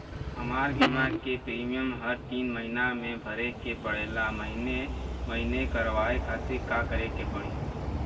हमार बीमा के प्रीमियम हर तीन महिना में भरे के पड़ेला महीने महीने करवाए खातिर का करे के पड़ी?